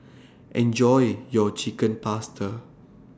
Enjoy your Chicken Pasta